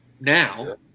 now